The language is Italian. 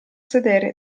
sedere